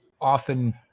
often